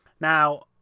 now